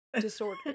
disorder